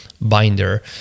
binder